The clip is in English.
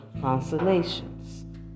consolations